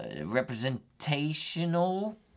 representational